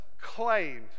claimed